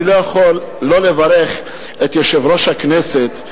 אני לא יכול לא לברך את יושב-ראש הכנסת,